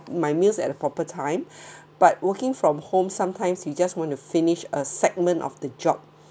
my meals at the proper time but working from home sometimes you just want to finish a segment of the job